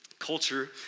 culture